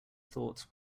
thoughts